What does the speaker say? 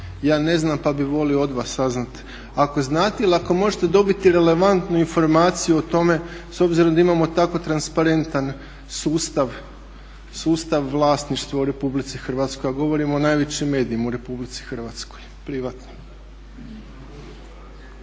Ja ne znam, pa bih volio od vas saznati ako znate ili ako možete dobiti relevantnu informaciju o tome, s obzirom da imamo tako transparentan sustav, sustav vlasništva u Republici Hrvatskoj a govorim o najvećim medijima u Republici Hrvatskoj.